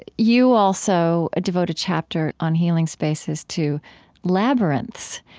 you also devote a chapter on healing spaces to labyrinths,